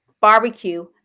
barbecue